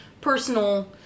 personal